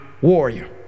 warrior